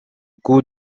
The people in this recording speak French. coup